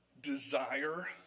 desire